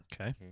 Okay